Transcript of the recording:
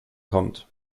kommt